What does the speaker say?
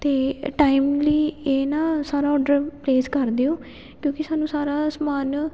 ਅਤੇ ਟਾਈਮਲੀ ਇਹ ਨਾ ਸਾਰਾ ਔਡਰ ਪਲੇਸ ਕਰ ਦਿਓ ਕਿਉਂਕਿ ਸਾਨੂੰ ਸਾਰਾ ਸਮਾਨ